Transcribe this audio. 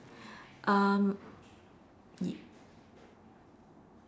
um ye~